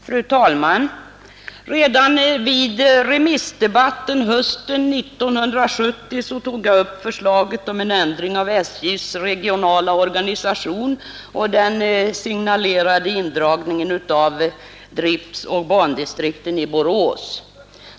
Fru talman! Redan vid remissdebatten hösten 1970 tog jag upp förslaget om en ändring av SJ:s regionala organisation och den signalerade indragningen av driftoch bandistrikten i Borås.